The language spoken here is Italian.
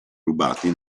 rubati